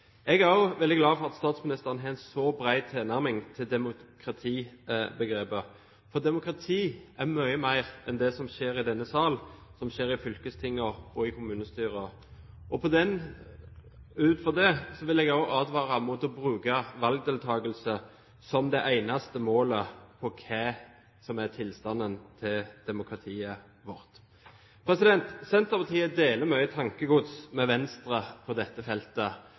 Jeg er også veldig glad for at statsministeren har en så bred tilnærming til demokratibegrepet. Demokrati er mye mer enn det som skjer i denne sal, som skjer i fylkesting og i kommunestyrer. Ut fra det vil jeg også advare mot å bruke valgdeltakelse som det eneste målet på hva som er tilstanden til demokratiet vårt. Senterpartiet deler mye tankegods med Venstre på dette feltet.